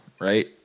right